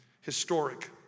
historic